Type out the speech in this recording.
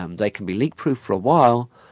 um they can be leakproof for a while,